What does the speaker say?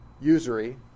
usury